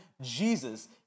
Jesus